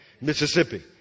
Mississippi